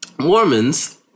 Mormons